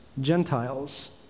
Gentiles